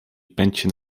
pędźcie